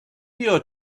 your